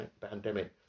pandemic